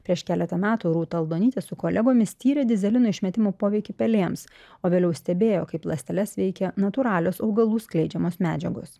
prieš keletą metų rūta aldonytė su kolegomis tyrė dyzelino išmetimo poveikį pelėms o vėliau stebėjo kaip ląsteles veikia natūralios augalų skleidžiamos medžiagos